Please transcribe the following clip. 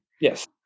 Yes